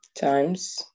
times